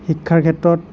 শিক্ষাৰ ক্ষেত্ৰত